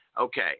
Okay